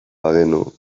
bagenu